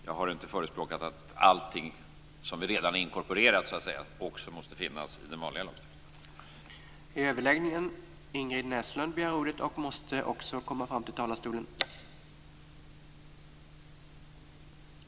Jag har inte förespråkat att allting som redan är inkorporerat också måste finnas i den vanliga lagstiftningen.